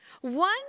One